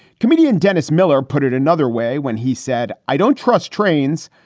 comedian dennis miller put it another way when he said, i don't trust trains.